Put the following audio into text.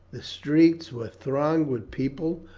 the streets were thronged with people.